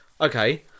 Okay